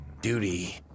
duty